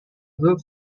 group